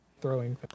throwing